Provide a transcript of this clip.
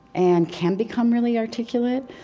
and can become really articulate?